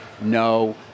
No